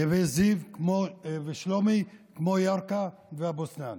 דין נווה זיו ושלומי כמו ירכא ואבו סנאן